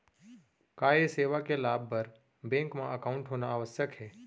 का ये सेवा के लाभ बर बैंक मा एकाउंट होना आवश्यक हे